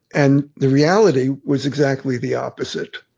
and the reality was exactly the opposite.